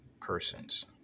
persons